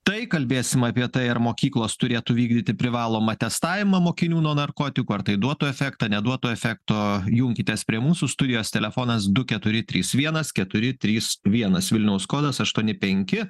tai kalbėsim apie tai ar mokyklos turėtų vykdyti privalomą testavimą mokinių nuo narkotikų ar tai duotų efektą neduotų efekto junkitės prie mūsų studijos telefonas du keturi trys vienas keturi trys vienas vilniaus kodas aštuoni penki